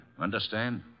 Understand